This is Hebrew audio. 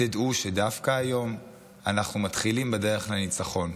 ותדעו שדווקא היום אנחנו מתחילים בדרך לניצחון.